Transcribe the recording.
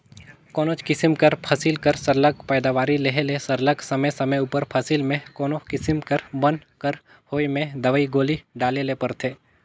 कोनोच किसिम कर फसिल कर सरलग पएदावारी लेहे ले सरलग समे समे उपर फसिल में कोनो किसिम कर बन कर होए में दवई गोली डाले ले परथे